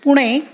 Pune